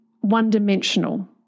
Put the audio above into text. one-dimensional